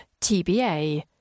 TBA